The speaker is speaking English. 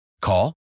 Call